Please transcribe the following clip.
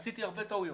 עשיתי הרבה טעויות,